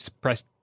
press